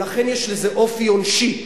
ולכן יש לזה אופי עונשי.